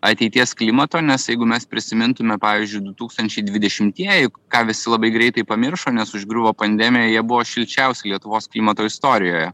ateities klimato nes jeigu mes prisimintume pavyzdžiui du tūkstančiai dvidešimtieji ką visi labai greitai pamiršo nes užgriuvo pandemija jie buvo šilčiausi lietuvos klimato istorijoje